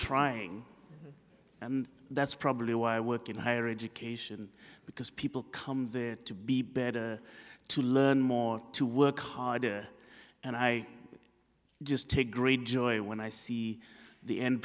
trying and that's probably why i work in higher education because people come to be better to learn more to work harder and i just take great joy when i see the end